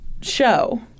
show